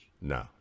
No